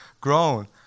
grown